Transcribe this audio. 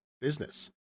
business